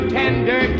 tender